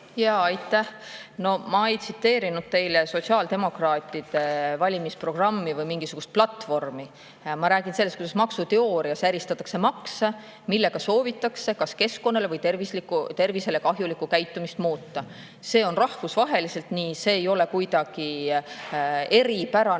Aitäh! No ma ei tsiteerinud teile sotsiaaldemokraatide valimisprogrammi või mingisugust platvormi. Ma rääkisin sellest, kuidas maksuteoorias eristatakse makse, millega soovitakse kas keskkonnale või tervisele kahjulikku käitumist muuta. See on rahvusvaheliselt nii, see ei ole kuidagi ei